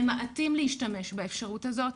ממעטים להשתמש באפשרות הזאת,